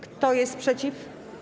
Kto jest przeciw?